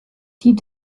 die